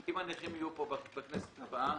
אם הנכים יהיו פה בכנסת הבאה,